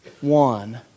one